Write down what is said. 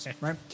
right